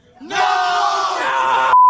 No